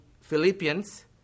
Philippians